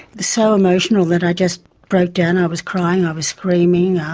so emotional that i just broke down. i was crying, i was screaming,